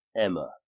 Emma